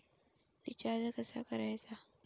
Recharge कसा करायचा?